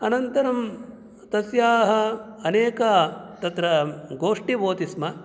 अनन्तरं तस्याः अनेका तत्र गोष्ठी भवति स्म